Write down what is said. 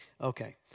Okay